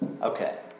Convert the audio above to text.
okay